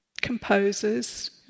composers